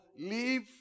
leave